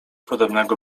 podobnego